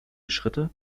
schritte